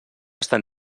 estan